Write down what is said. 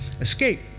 escape